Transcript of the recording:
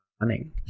running